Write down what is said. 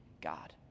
God